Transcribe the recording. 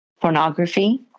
pornography